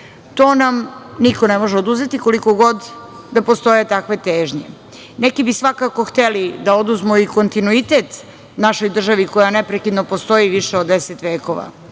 To nam niko ne može oduzeti koliko god da postoje takve težnje. Neki bi svakako hteli da oduzmu i kontinuitet našoj državi koja neprekidno postoji više od 10 vekova.